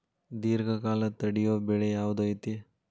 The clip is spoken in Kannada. ದೇರ್ಘಕಾಲ ತಡಿಯೋ ಬೆಳೆ ಯಾವ್ದು ಐತಿ?